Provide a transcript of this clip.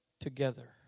together